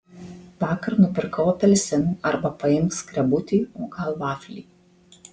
vakar nupirkau apelsinų arba paimk skrebutį o gal vaflį